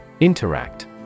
Interact